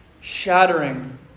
shattering